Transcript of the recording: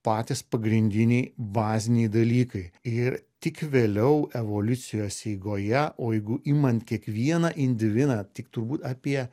patys pagrindiniai baziniai dalykai ir tik vėliau evoliucijos eigoje o jeigu imant kiekvieną individą tik turbūt apie